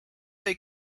they